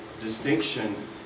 distinction